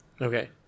Okay